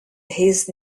his